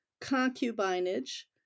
concubinage